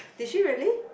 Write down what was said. did she really